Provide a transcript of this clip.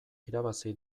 irabazi